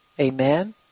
Amen